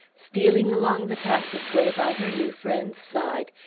stealing along the passage-way by her new friend's side,